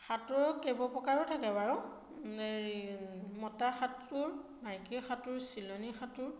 সাঁতোৰ আৰু কেইবা প্ৰকাৰো থাকে বাৰু হেৰি মতা সাঁতোৰ মাইকী সাঁতোৰ চিলনী সাঁতোৰ